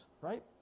right